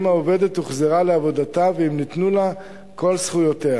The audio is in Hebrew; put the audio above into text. אם העובדת הוחזרה לעבודתה ואם ניתנו לה כל זכויותיה,